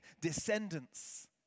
descendants